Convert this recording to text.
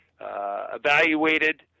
evaluated